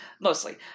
mostly